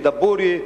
בדבורייה,